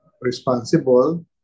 responsible